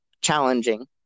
challenging